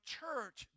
church